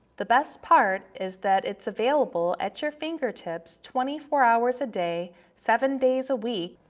the best part is that it's available at your fingertips twenty four hours a day, seven days a week,